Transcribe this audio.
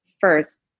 first